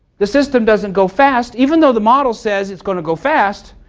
the system doesn't go fast, even though the model says its going to go fast,